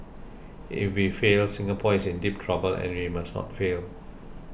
if we fail Singapore is in deep trouble and we must not fail